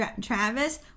Travis